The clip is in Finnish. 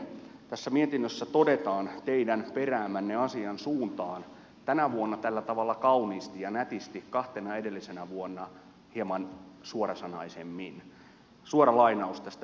tässä mietinnössä todetaan teidän peräämänne asian suuntaan tänä vuonna tällä tavalla kauniisti ja nätisti kahtena edellisenä vuonna hieman suorasanaisemmin